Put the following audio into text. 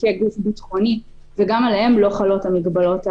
לא חלות המגבלות האלה,